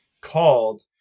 called